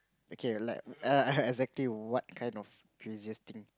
okay like err exactly what kind of craziest thing